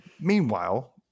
Meanwhile